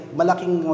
malaking